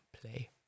play